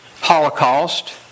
Holocaust